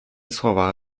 słowa